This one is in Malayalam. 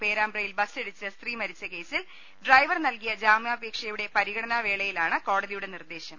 പേരാ മ്പ്രയിൽ ബസിടിച്ച് സ്ത്രീ മരിച്ച കേസിൽ ഡ്രൈവർ നൽകിയ ജാമ്യാപേക്ഷയുടെ പരിഗണനാ വേളയിലാണ് കോടതിയുടെ നിർദേശം